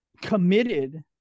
committed